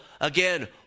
again